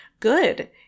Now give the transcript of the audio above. good